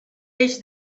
peix